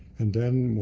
and then,